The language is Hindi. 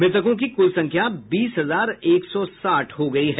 मृतकों की कुल संख्या बीस हजार एक सौ साठ हो गई है